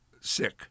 sick